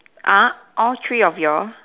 uh all three of you all